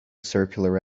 circular